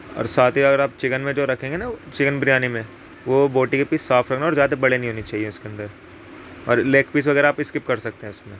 اور ساتھ ہی اگر آپ چکن میں جو رکھیں گے نا چکن بریانی میں وہ بوٹی کے پیس صاف رکھنا اور زیادہ بڑے نہیں ہونے چاہیے اس کے اندر اور لیگ پیس وغیرہ آپ اسکپ کر سکتے ہیں اس میں